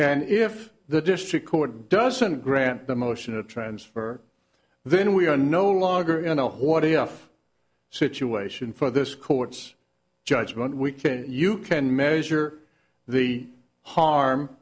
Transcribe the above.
and if the district court doesn't grant the motion to transfer then we are no longer in a what if situation for this court's judgment we can you can measure the harm